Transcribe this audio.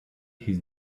his